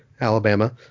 alabama